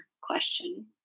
question